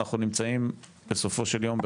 אנחנו נמצאים בסופו של יום,